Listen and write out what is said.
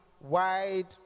wide